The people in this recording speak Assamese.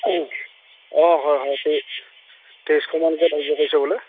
অঁ হয় হয় বোলে